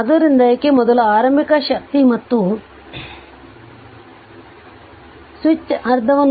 ಆದ್ದರಿಂದ ಇದಕ್ಕೆ ಮೊದಲು ಆರಂಭಿಕ ಶಕ್ತಿ ಮತ್ತು ಸ್ವಿಚ್ ಅರ್ಧವನ್ನು ಮುಚ್ಚುವ ಮೊದಲು C1 v1 2